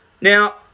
Now